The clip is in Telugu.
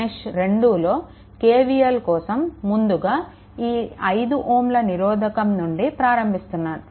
మెష్2 లో KVL కోసం ముందుగా ఈ 5 Ωల నిరోధకం నుండి ప్రారంభిస్తున్నాను